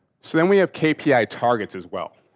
so, then we have kpi targets as well.